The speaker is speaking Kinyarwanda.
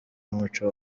n’umuco